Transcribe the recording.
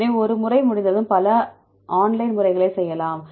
எனவே ஒரு முறை முடிந்ததும் பல ஆன்லைன் முறைகளைச் செய்யலாம்